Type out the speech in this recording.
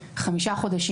חמישה חודשים.